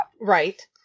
Right